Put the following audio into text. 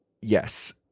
yes